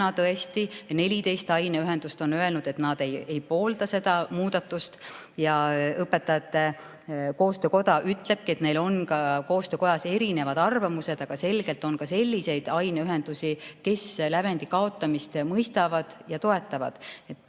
Tõesti, 14 aineühendust on öelnud, et nad ei poolda seda muudatust. Õpetajate koostöökoda ütlebki, et neil on koostöökojas erinevad arvamused. Aga selgelt on ka selliseid aineühendusi, kes lävendi kaotamist mõistavad ja toetavad. Kui